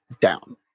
down